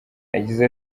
yagize